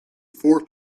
four